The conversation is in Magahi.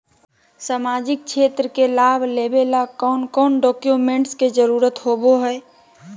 सामाजिक क्षेत्र के लाभ लेबे ला कौन कौन डाक्यूमेंट्स के जरुरत होबो होई?